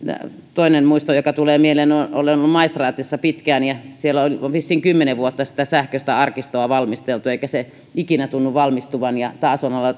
toinen muisto joka tulee mieleen olen ollut maistraatissa pitkään ja siellä on on vissiin kymmenen vuotta sitä sähköistä arkistoa valmisteltu eikä se ikinä tunnu valmistuvan taas on